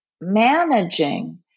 managing